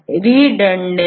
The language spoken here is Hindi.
high level of annotation